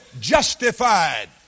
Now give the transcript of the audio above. justified